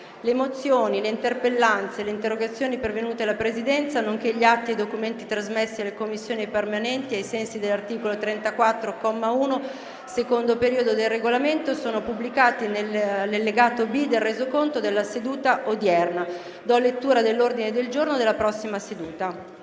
Le mozioni, le interpellanze e le interrogazioni pervenute alla Presidenza, nonché gli atti e i documenti trasmessi alle Commissioni permanenti ai sensi dell'articolo 34, comma 1, secondo periodo, del Regolamento sono pubblicati nell'allegato B al Resoconto della seduta odierna. **Ordine del giorno per la seduta